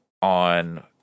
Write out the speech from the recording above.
on